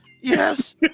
yes